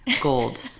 gold